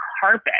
carpet